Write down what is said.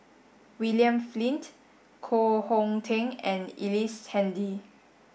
William Flint Koh Hong Teng and Ellice Handy